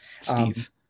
Steve